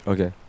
Okay